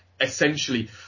essentially